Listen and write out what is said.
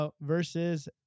versus